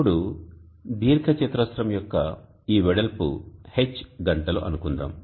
ఇప్పుడు దీర్ఘచతురస్రం యొక్క ఈ వెడల్పు H గంటలు అనుకుందాం